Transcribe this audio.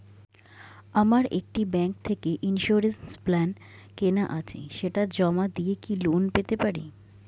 আমার একটি ব্যাংক থেকে ইন্সুরেন্স প্ল্যান কেনা আছে সেটা জমা দিয়ে কি লোন পেতে পারি?